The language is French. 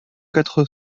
quatre